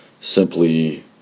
simply